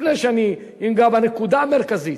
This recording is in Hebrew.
לפני שאני אגע בנקודה המרכזית.